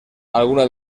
algunas